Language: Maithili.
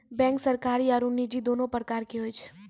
बेंक सरकारी आरो निजी दोनो प्रकार के होय छै